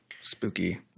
spooky